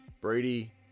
Brady